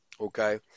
okay